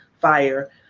Fire